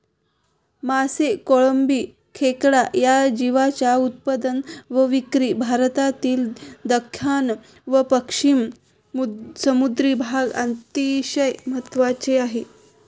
मासे, कोळंबी, खेकडा या जीवांच्या उत्पादन व विक्री भारतातील दख्खन व पश्चिम समुद्री भाग अतिशय महत्त्वाचे आहे